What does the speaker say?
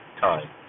time